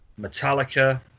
Metallica